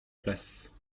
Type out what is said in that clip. place